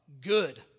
good